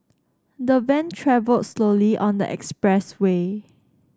the van travelled slowly on the expressway